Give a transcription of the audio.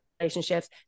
relationships